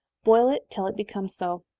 boil it till it becomes so.